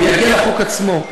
אני אגיע לחוק עצמו.